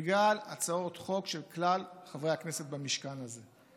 בגלל הצעות חוק של כלל חברי הכנסת במשכן הזה.